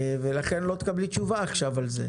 לכן לא תקבלי על זה תשובה עכשיו.